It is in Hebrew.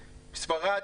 ספרד,